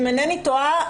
אם אינני טועה,